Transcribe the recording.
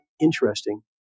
interesting